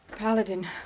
Paladin